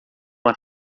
uma